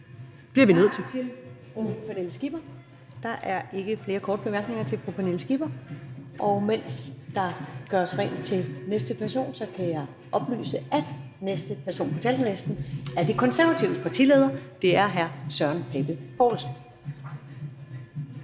Pernille Skipper. Der er ikke flere korte bemærkninger til fru Pernille Skipper, og mens der gøres rent til næste person, kan jeg oplyse, at næste person på talerlisten er De Konservatives partileder. Det er hr. Søren Pape Poulsen.